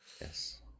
Yes